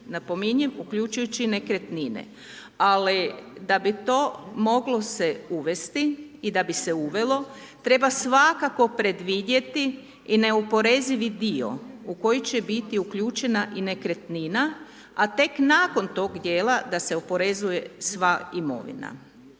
Napominjem, uključujući nekretnine. Ali da bi to moglo se uvesti i da bi se uvelo, treba svakako predvidjeti i neoporezivi dio u koji će biti uključena i nekretnina, a tek nakon tog dijela da se oporezuje sva imovina.